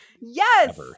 yes